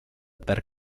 per